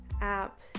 app